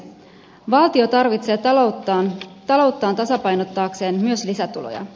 valtio tarvitsee talouttaan tasapainottaakseen myös lisätuloja